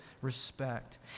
Respect